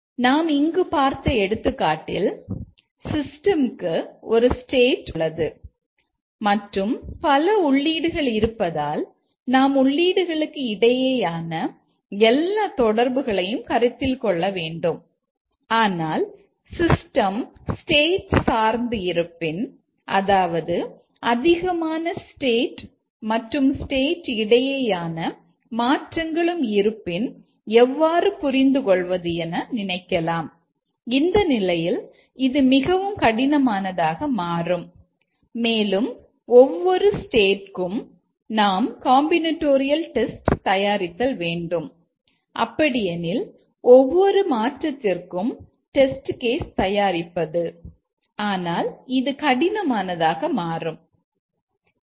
ஆகவே நாம் இங்கு பார்த்த எடுத்துக்காட்டில் சிஸ்டம் க்கு ஆக மாற்றலாம் இதில் ஒரு ஸ்டேட் மற்றும் x1 x2